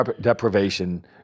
deprivation